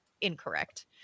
incorrect